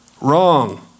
Wrong